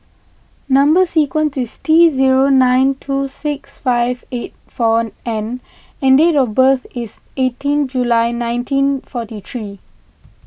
Number Sequence is T zero nine two six five eight four N and date of birth is eighteen July nineteen forty three